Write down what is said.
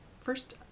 first